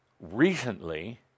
recently